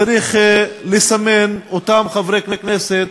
צריך לסמן את אותם חברי כנסת